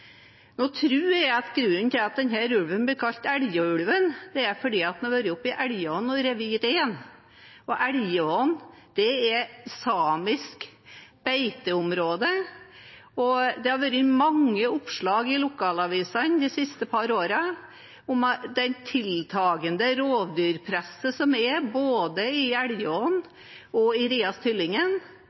Jeg tror grunnen til at denne ulven blir kalt Elgå-ulven, er at den har vært oppe i Elgå og revet i hjel rein. Elgå er samisk beiteområde, og det har vært mange oppslag i lokalavisene de siste par årene om det tiltakende rovdyrpresset både i Elgå og i